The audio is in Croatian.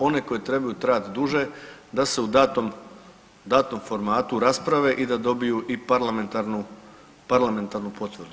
One koje trebaju trajati duže, da se u datom formatu rasprave i da dobiju i parlamentarnu potvrdu.